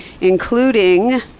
including